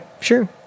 sure